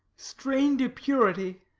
strain'd a purity